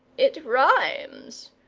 it rhymes.